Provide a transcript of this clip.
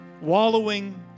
wallowing